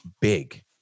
big